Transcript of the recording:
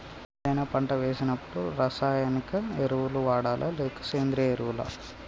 ఏదైనా పంట వేసినప్పుడు రసాయనిక ఎరువులు వాడాలా? లేక సేంద్రీయ ఎరవులా?